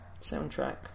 soundtrack